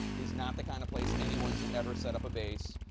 is not the kind of place anyone should ever set up a base,